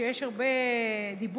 כשיש הרבה דיבורים,